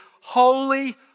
holy